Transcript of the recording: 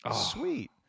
sweet